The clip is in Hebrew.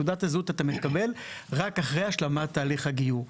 תעודת זהות אתה מקבל רק אחרי השלמת תהליך הגיור.